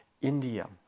India